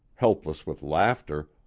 helpless with laughter,